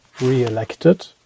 reelected